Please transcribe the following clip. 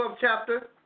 chapter